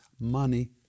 money